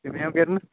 ਕਿਵੇਂ ਆਂ ਕਿਰਨ